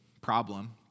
problem